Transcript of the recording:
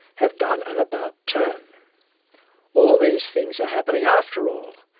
have done an about-turn. all these things are happening after all,